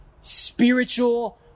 spiritual